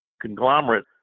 conglomerate